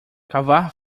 cavar